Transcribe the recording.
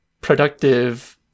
productive